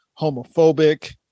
homophobic